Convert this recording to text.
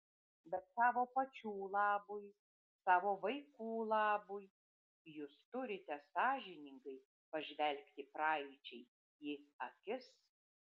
bet savo pačių labui savo vaikų labui jūs turite sąžiningai pažvelgti praeičiai į akis